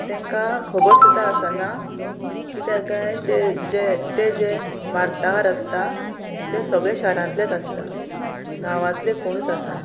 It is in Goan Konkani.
तांकां खबर सुद्दां आसना कित्याक काय ते जे ते जे वार्ताहार आसता ते सगळे शारांतलेच आसता गांवांतले कोणूच आसना